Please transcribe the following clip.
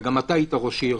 וגם אתה היית ראש עיר,